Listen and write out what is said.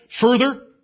further